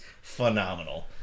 phenomenal